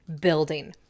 building